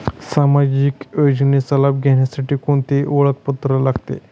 सामाजिक योजनेचा लाभ घेण्यासाठी कोणते ओळखपत्र लागते?